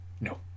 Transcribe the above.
no